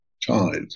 child